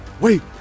Wait